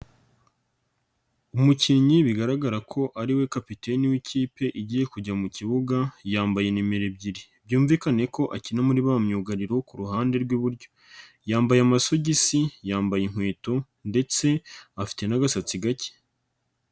Umukinnyi bigaragara ko ariwe kapiteni w'ikipe igiye kujya mu kibuga yambaye nimero ebyiri, byumvikane ko akina muri ba myugariro ku ruhande rw'iburyo yambaye amasogisi, yambaye inkweto, ndetse afite n'agasatsi gake.